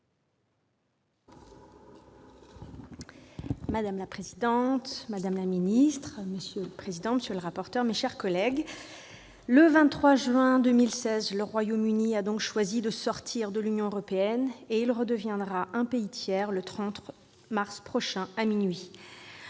Madame la présidente, madame la ministre, monsieur le président de la commission spéciale, monsieur le rapporteur, mes chers collègues, le 23 juin 2016, le Royaume-Uni a donc choisi de sortir de l'Union européenne. Il redeviendra un pays tiers le 30 mars prochain à minuit,